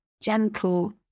gentle